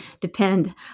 depend